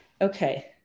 Okay